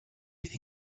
been